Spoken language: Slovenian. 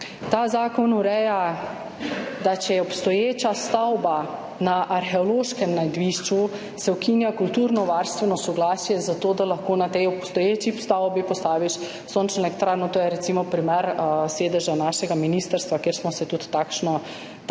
Ta zakon ureja to, da če je obstoječa stavba na arheološkem najdišču, se ukinja kulturnovarstveno soglasje za to, da lahko na tej obstoječi stavbi postaviš sončno elektrarno, to je recimo primer sedeža našega ministrstva, kjer smo ta primer